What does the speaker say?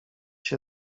się